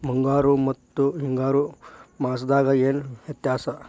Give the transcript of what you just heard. ಮುಂಗಾರು ಮತ್ತ ಹಿಂಗಾರು ಮಾಸದಾಗ ಏನ್ ವ್ಯತ್ಯಾಸ?